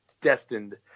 destined –